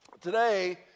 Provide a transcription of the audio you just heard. today